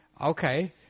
okay